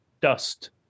Dust